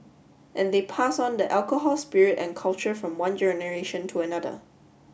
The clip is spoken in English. and they pass on the alcohol spirit and culture from one generation to another